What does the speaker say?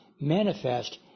manifest